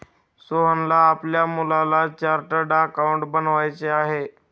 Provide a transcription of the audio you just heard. सोहनला आपल्या मुलाला चार्टर्ड अकाउंटंट बनवायचे आहे